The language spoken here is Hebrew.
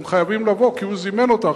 הם חייבים לבוא כי הוא זימן אותם,